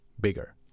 bigger